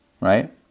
right